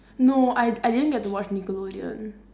no I I didn't get to watch nickelodeon